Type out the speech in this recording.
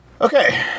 Okay